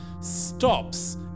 Stops